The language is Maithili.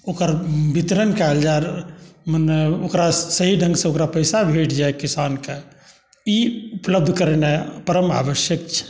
ओकर वितरण कएल जाइ मने ओकरा सही ढङ्गसँ ओकरा पइसा भेटि जाइ किसानके ई उपलब्ध करेनाइ परम आवश्यक छै